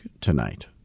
tonight